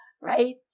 right